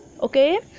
okay